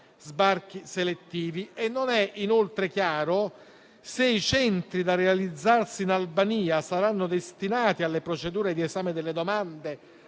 sbarchi selettivi e non è inoltre chiaro se i centri da realizzarsi in Albania saranno destinati alle procedure di esame delle domande